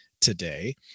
today